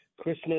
Christmas